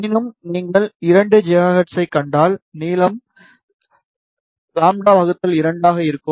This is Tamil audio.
எனினும் நீங்கள் 2 GHz ஐக் கண்டால் நீளம் λ 2 ஆக இருக்கும்